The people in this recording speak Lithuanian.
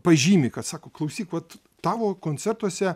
pažymi kad sako klausyk vat tavo koncertuose